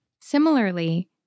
similarly